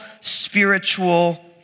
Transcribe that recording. spiritual